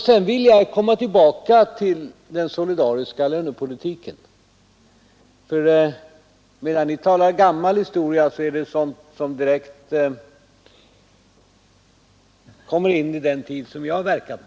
Sedan vill jag komma tillbaka till den solidariska lönepolitik som bedrivits under den tid jag har verkat.